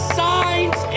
signs